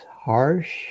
harsh